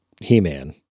He-Man